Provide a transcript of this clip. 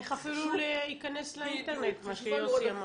איך אפילו להיכנס לאינטרנט, מה שיוסי אמר.